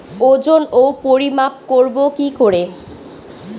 ওজন ও পরিমাপ করব কি করে?